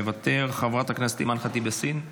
מוותר, חברת הכנסת אימאן ח'טיב יאסין,